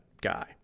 guy